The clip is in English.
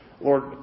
Lord